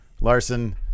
Larson